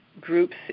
groups